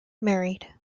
married